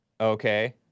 Okay